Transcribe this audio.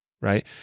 right